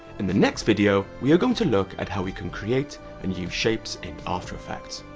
in the next video we are going to look at how we can create and use shapes in after effects.